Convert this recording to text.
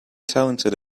talented